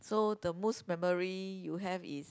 so the most memory you have is